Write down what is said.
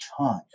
time